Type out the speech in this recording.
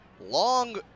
long